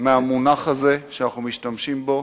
מהמונח הזה שאנחנו משתמשים בו,